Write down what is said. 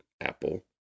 Apple